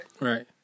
Right